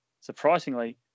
Surprisingly